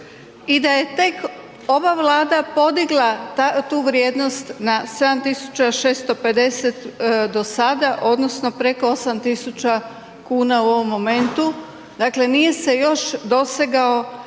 i da je tek ova Vlada podigla tu vrijednost na 7.650 do sada odnosno preko 8.000 kuna u ovom momentu, dakle nije se još dosegao